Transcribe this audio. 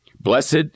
Blessed